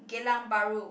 Geylang-Bahru